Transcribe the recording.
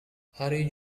hari